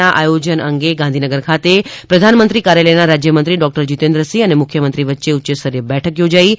માધવપુર ઘેડ મેળાના આયોજન અંગે ગાંધીનગર ખાતે પ્રધાનમંત્રી કાર્યાલયના રાજ્યમંત્રી ડોક્ટર જીતેન્દ્રસિંહ અને મુખ્યમંત્રી વચ્ચે ઉચ્યસ્તરીય બેઠક યોજાઈ હતી